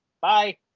Bye